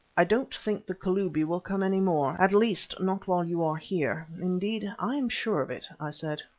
i don't think the kalubi will come any more at least, not while you are here. indeed, i am sure of it, i said.